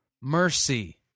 mercy